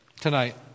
tonight